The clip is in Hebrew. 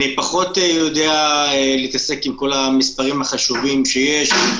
אני פחות יודע להתעסק עם כל המספרים החשובים שיש,